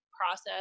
process